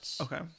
Okay